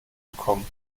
bekommen